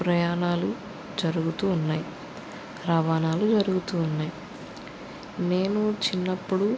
ప్రయాణాలు జరుగుతూ ఉన్నాయి రవాణాలు జరుగుతూ ఉన్నాయి మేము చిన్నప్పుడు